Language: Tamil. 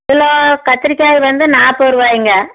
கிலோ கத்திரிக்காய் வந்து நாற்பதுரூவாயிங்க